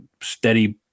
steady